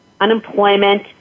unemployment